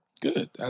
Good